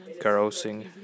carousing